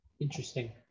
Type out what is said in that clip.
interesting